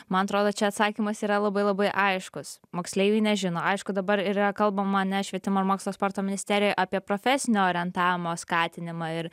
man atrodo čia atsakymas yra labai labai aiškus moksleiviai nežino aišku dabar yra kalbama ane švietimo ir mokslo sporto ministerijoj apie profesinio orientavimo skatinimą ir